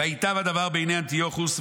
וייטב הדבר בעיני אנטיוכוס,